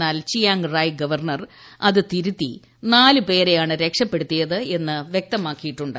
എന്നാൽ പ്പിയാങ് റായി ഗവർണർ അത് തിരുത്തി നാല് പേരെയാണ് രീക്ഷ്പ്പെടുത്തിയത് എന്ന് വ്യക്തമാക്കിയിട്ടുണ്ട്